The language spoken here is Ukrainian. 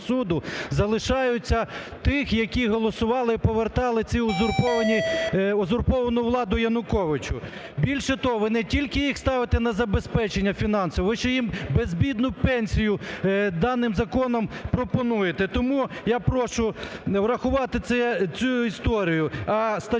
залишається тих, які голосували і повертали узурповану владу Януковичу. Більше того, ви не тільки їх ставите на забезпечення фінансове, ви ще їм безбідну пенсію даним законом пропонуєте. Тому я прошу врахувати цю історію.